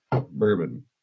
bourbon